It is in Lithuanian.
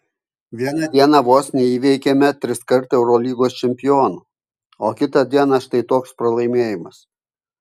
vieną dieną vos neįveikėme triskart eurolygos čempionų o kitą dieną štai toks pralaimėjimas